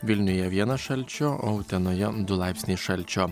vilniuje vienas šalčio o utenoje du laipsniai šalčio